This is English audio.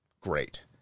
great